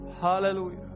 Hallelujah